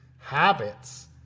habits